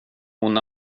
hon